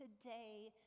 today